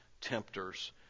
tempters